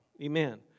Amen